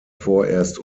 vorerst